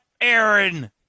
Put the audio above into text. Aaron